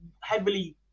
heavily